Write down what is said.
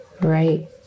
Right